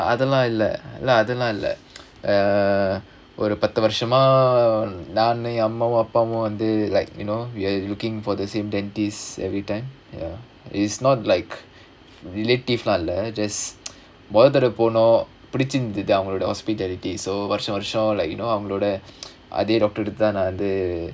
அதெல்லாம் இல்ல அதெல்லாம் இல்ல ஒரு பத்து வருஷமா நானு என்அம்மாவும் அப்பாவும் வந்து:adhellaam illa adhelaam illa iru pathu varushamaa naanum en ammavum appavum vandhu like you know we are looking for the same dentist everytime ya it's not like relative leh leh just மொத தடவ போனோம் புடிச்சிருந்துச்சு அவங்க:motha thadava ponom pudichirunthuchu avanga hospitality so வருஷம் வhருஷம்:varusham varusham like you know அவங்களோட அதே:avangaloda adhae doctor கிட்டாதான் நாங்க வந்து:kittathaan naanga vandhu